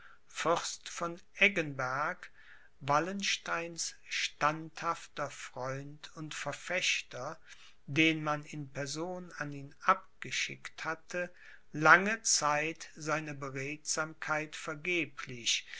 fürst von eggenberg wallensteins standhafter freund und verfechter den man in person an ihn abgeschickt hatte lange zeit seine beredsamkeit vergeblich